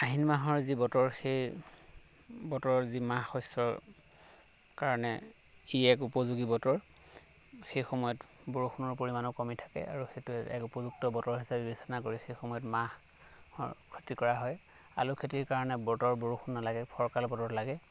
আহিন মাহৰ যি বতৰ সেই বতৰৰ যি মাহ শস্যৰ কাৰণে ই এক উপযোগী বতৰ সেইসময়ত বৰষুণৰ পৰিমাণো কমি থাকে আৰু সেইটো এক উপযুক্ত বতৰ হিচাপে বিবেচনা কৰি সেইসময়ত মাহৰ খেতি কৰা হয় আলু খেতিৰ কাৰণে বতৰ বৰষুণ নালাগে ফৰকাল বতৰ লাগে